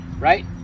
right